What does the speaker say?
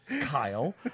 Kyle